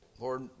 Lord